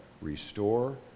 restore